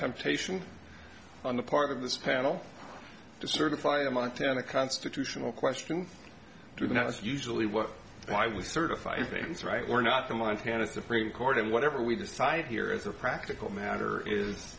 temptation on the part of this panel to certify the montana constitutional question to that's usually what why we certify things right we're not the montana supreme court and whatever we decide here as a practical matter is